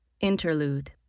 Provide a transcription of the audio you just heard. Interlude